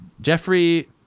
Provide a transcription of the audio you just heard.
Jeffrey